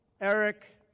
Eric